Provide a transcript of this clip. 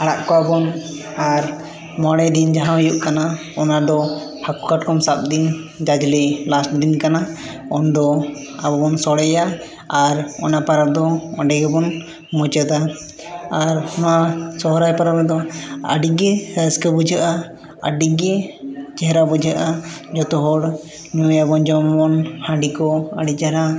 ᱟᱲᱟᱜ ᱠᱚᱣᱟ ᱵᱚᱱ ᱟᱨ ᱢᱚᱬᱮ ᱫᱤᱱ ᱡᱟᱦᱟᱸ ᱦᱩᱭᱩᱜ ᱠᱟᱱᱟ ᱚᱱᱟ ᱫᱚ ᱦᱟᱹᱠᱩ ᱠᱟᱴ ᱠᱚᱢ ᱥᱟᱵ ᱫᱤᱱ ᱡᱟᱡᱽᱞᱮ ᱞᱟᱥᱴ ᱫᱤᱱ ᱠᱟᱱᱟ ᱩᱱ ᱫᱚ ᱟᱵᱚ ᱵᱚᱱ ᱥᱚᱲᱮᱭᱟ ᱟᱨ ᱚᱱᱟ ᱯᱚᱨᱚᱵᱽ ᱫᱚ ᱚᱸᱰᱮ ᱜᱮᱵᱚᱱ ᱢᱩᱪᱟᱹᱫᱟ ᱟᱨ ᱱᱚᱣᱟ ᱥᱚᱦᱚᱨᱟᱭ ᱯᱚᱨᱚᱵᱽ ᱨᱮᱫᱚ ᱟᱹᱰᱤ ᱜᱮ ᱨᱟᱹᱥᱠᱟᱹ ᱵᱩᱡᱷᱟᱹᱜᱼᱟ ᱟᱹᱰᱤ ᱜᱮ ᱪᱮᱦᱨᱟ ᱵᱩᱡᱷᱟᱹᱜᱼᱟ ᱡᱚᱛᱚ ᱦᱚᱲ ᱧᱩᱭᱟᱵᱚᱱ ᱡᱚᱢ ᱟᱵᱚᱱ ᱦᱟᱺᱰᱤ ᱠᱚ ᱟᱹᱰᱤ ᱪᱮᱦᱨᱟ